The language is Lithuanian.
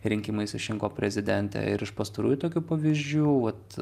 rinkimais išrinko prezidentę ir iš pastarųjų tokių pavyzdžių vat